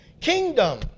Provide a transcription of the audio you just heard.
Kingdom